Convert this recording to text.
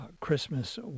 Christmas